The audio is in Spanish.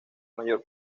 mayor